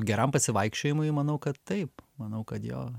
geram pasivaikščiojimui manau kad taip manau kad jo